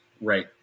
right